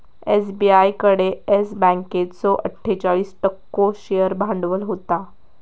SBI कडे Yes बँकेचो अट्ठोचाळीस टक्को शेअर भांडवल होता